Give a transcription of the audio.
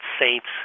Saints